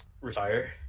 Retire